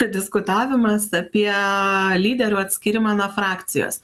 diskutavimas apie lyderių atskyrimą nuo frakcijos